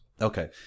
Okay